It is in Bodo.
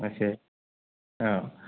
अखे औ